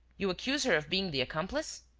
you accuse her of being the accomplice?